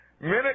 Minute